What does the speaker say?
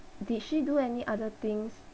did she do any other things